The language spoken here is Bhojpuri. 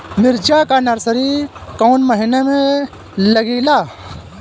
मिरचा का नर्सरी कौने महीना में लागिला?